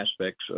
aspects